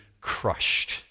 crushed